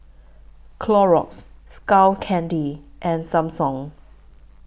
Clorox Skull Candy and Samsung